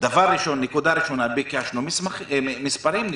דבר ראשונה, נקודה ראשונה ביקשנו מספרים, נתונים.